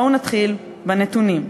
בואו נתחיל בנתונים.